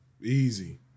Easy